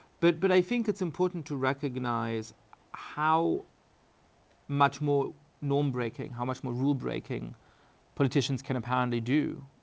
but but i think it's important to recognize how much more norm breaking, how much more rule breaking politicians can apparently do,